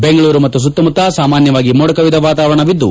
ಬೆಂಗಳೂರು ಮತ್ತು ಸುತ್ತಮುತ್ತ ಸಾಮಾನ್ಯವಾಗಿ ಮೋಡಕವಿದ ವಾತಾವರಣವಿದ್ದು